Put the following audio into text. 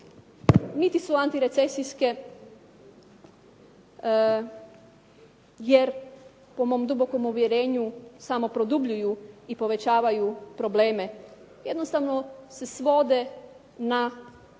niti su antirecesijske jer po mom dubokom uvjerenju samo produbljuju i povećavaju probleme. Jednostavno se svode na